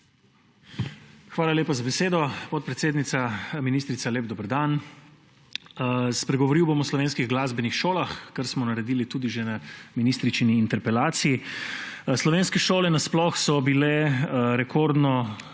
Hvala lepa za besedo, podpredsednica. Ministrica, lep dober dan! Spregovoril bom o slovenskih glasbenih šolah, kar smo naredili tudi že na ministričini interpelaciji. Slovenske šole nasploh so bile rekordno